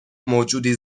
موجودی